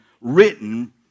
written